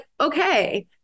okay